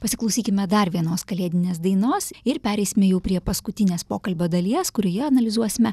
pasiklausykime dar vienos kalėdinės dainos ir pereisime jau prie paskutinės pokalbio dalies kurioje analizuosime